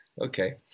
Okay